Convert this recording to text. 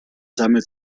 sammelt